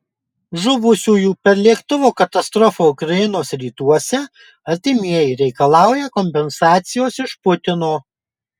žuvusiųjų per lėktuvo katastrofą ukrainos rytuose artimieji reikalauja kompensacijos iš putino